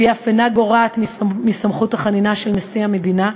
והיא אף אינה גורעת מסמכות החנינה של נשיא המדינה,